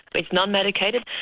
but it's non-medicated,